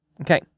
Okay